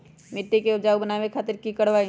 मिट्टी के उपजाऊ बनावे खातिर की करवाई?